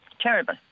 terrible